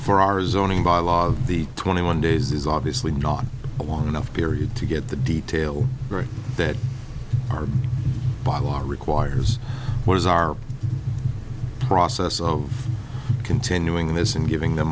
four hours owning by law the twenty one days is obviously not a long enough period to get the detail right that our bylaws requires what is our process of continuing this and giving them